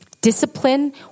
Discipline